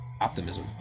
optimism